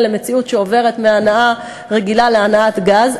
למציאות שעוברת מהנעה רגילה להנעת גז,